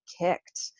kicked